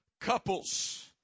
Couples